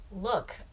look